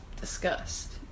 discussed